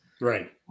right